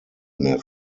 mehr